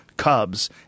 cubs